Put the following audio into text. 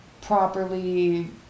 properly